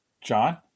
John